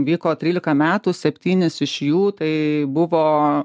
vyko trylika metų septynis iš jų tai buvo